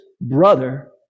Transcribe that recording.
brother